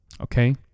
Okay